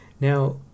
Now